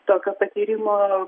tokio patyrimo